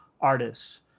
artists